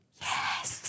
Yes